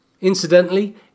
Incidentally